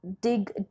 dig